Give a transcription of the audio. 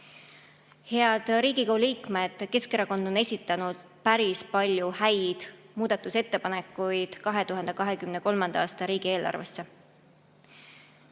Head Riigikogu liikmed! Keskerakond on esitanud päris palju häid muudatusettepanekuid 2023. aasta riigieelarvesse.